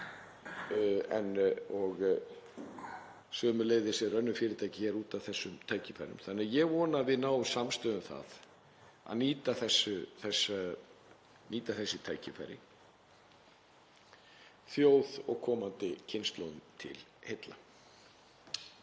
Sömuleiðis eru önnur fyrirtæki út af þessum tækifærum þannig að ég vona að við náum samstöðu um það að nýta þessi tækifæri, þjóð og komandi kynslóðum til heilla.